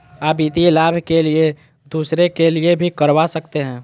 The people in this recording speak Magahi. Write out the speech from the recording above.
आ वित्तीय लाभ के लिए दूसरे के लिए भी करवा सकते हैं?